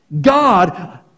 God